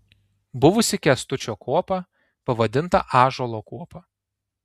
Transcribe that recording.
buvusi kęstučio kuopa pavadinta ąžuolo kuopa